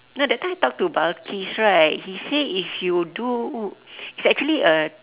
no that time I talk to balqis right he say if you do it's actually a